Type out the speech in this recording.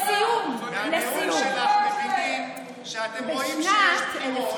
מהנאום שלך מבינים שאתם רואים שיש בחירות,